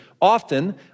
Often